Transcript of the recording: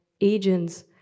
agents